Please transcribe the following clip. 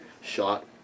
shot